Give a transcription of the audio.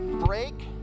break